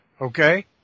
okay